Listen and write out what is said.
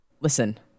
Listen